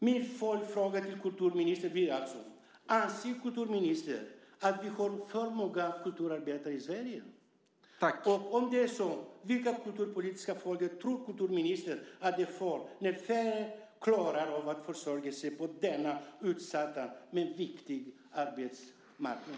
Min följdfråga till kulturministern blir alltså: Anser kulturministern att vi har för många kulturarbetare i Sverige? Om det är så - vilka kulturpolitiska följder tror kulturministern att det får när färre klarar att försörja sig på denna utsatta men viktiga arbetsmarknad?